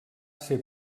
ser